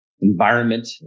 environment